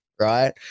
right